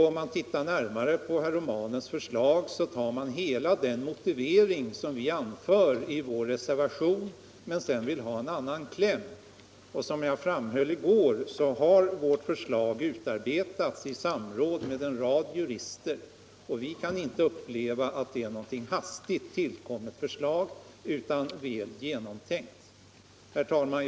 Om vi ser närmare på herr Romanus förslag finner vi att han tar hela den motivering som vi anför i vår reservation men sedan har en annan kläm. Som jag framhöll i går har vårt förslag utarbetats i samråd med en rad jurister, och vi kan inte uppleva att det är något hastigt tillkommet förslag, utan det är väl genomtänkt. Herr talman!